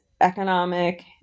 economic